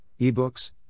ebooks